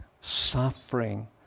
suffering